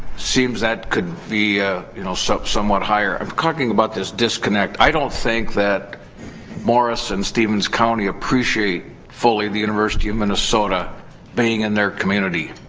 seems that could be you know so somewhat higher. i'm talking about this disconnect. i don't think that morris and stevens county appreciate fully the university of minnesota being in their community.